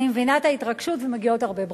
אני מבינה את ההתרגשות, ומגיעות הרבה ברכות.